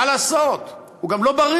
מה לעשות, הוא גם לא בריא.